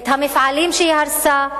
את המפעלים שהיא הרסה,